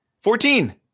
Fourteen